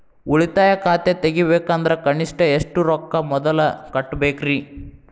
ಉಳಿತಾಯ ಖಾತೆ ತೆಗಿಬೇಕಂದ್ರ ಕನಿಷ್ಟ ಎಷ್ಟು ರೊಕ್ಕ ಮೊದಲ ಕಟ್ಟಬೇಕ್ರಿ?